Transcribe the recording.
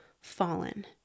fallen